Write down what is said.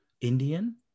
Indian